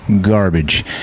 garbage